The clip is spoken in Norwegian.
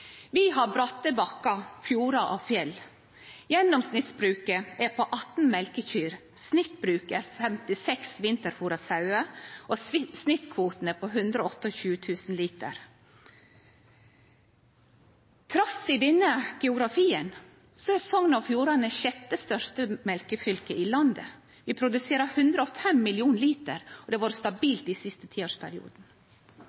Vi har bratte bakkar, fjordar og fjell. Gjennomsnittsbruket er på 18 mjølkekyr, snittbruket har 56 vinterfora sauar, og snittkvota er på 128 000 liter. Trass i denne geografien er Sogn og Fjordane det sjette største mjølkefylket i landet. Vi produserer 105 mill. liter, og det har vore